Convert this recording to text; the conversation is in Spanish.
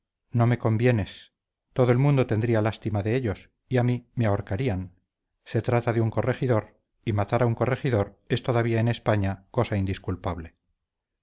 no me convienes todo el mundo tendría lástima de ellos y a mí me ahorcarían se trata de un corregidor y matar a un corregidor es todavía en españa cosa indisculpable